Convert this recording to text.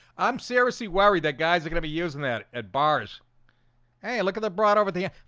i'm seriously worried that guys are gonna be using that at bars hey look at the broad over the